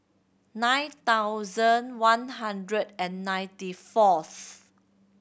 nine thousand one hundred and ninety fourth